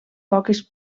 poques